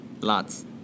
Lots